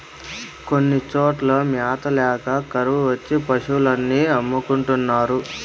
కొన్ని చోట్ల మ్యాత ల్యాక కరువు వచ్చి పశులు అన్ని అమ్ముకుంటున్నారు